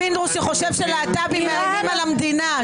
פינדדרוס שחושב שלהט"בים מאיימים על המדינה,